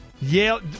yale